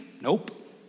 Nope